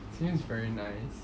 seems very nice